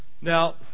Now